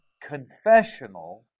confessional